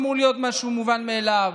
אמור להיות משהו מובן עליו,